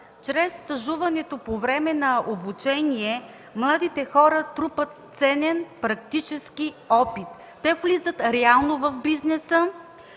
Чрез стажуването по време на обучение младите хора трупат ценен практически опит. Те влизат реално в бизнеса,